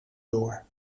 door